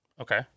Okay